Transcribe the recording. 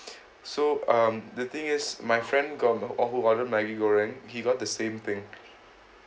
so um the thing is my friend got uh who ordered maggi goreng he got the same thing